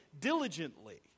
diligently